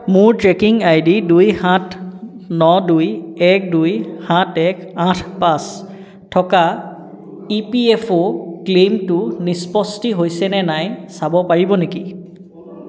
মোৰ tracking I D দুই সাত ন দুই এক দুই সাত এক আঠ পাঁচ থকা ই পি এফ অ' ক্লেইমটো নিষ্পত্তি হৈছে নে নাই চাব পাৰিব নেকি